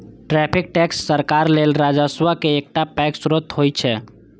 tariff tax सरकार लेल राजस्वक एकटा पैघ स्रोत होइ छै